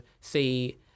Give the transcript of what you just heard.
see